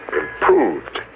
improved